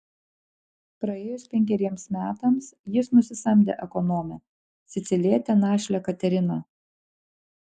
praėjus penkeriems metams jis nusisamdė ekonomę sicilietę našlę kateriną